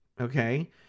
okay